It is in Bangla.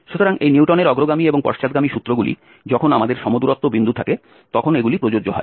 সুতরাং এই নিউটনের অগ্রগামী এবং পশ্চাৎগামী সূত্রগুলি যখন আমাদের সমদূরত্ব বিন্দু থাকে তখন এগুলি প্রযোজ্য হয়